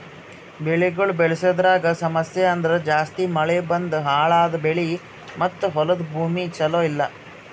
ಬೆಳಿಗೊಳ್ ಬೆಳಸದ್ರಾಗ್ ಸಮಸ್ಯ ಅಂದುರ್ ಜಾಸ್ತಿ ಮಳಿ ಬಂದು ಹಾಳ್ ಆದ ಬೆಳಿ ಮತ್ತ ಹೊಲದ ಭೂಮಿ ಚಲೋ ಇಲ್ಲಾ